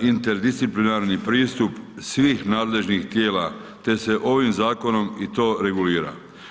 interdisciplinarni pristup svih nadležnih tijela te se ovim zakonom i to regulira.